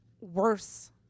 worse